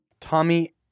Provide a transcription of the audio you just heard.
Tommy